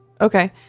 Okay